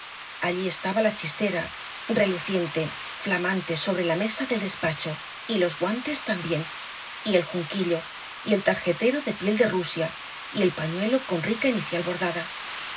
allí estaba la chistera reluciente flamante sobre la mesa del despacho y los guantes también y el junquillo y el tarjetero de piel de rusia y el pañuelo con rica inicial bordada